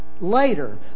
later